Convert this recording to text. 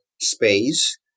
space